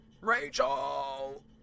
Rachel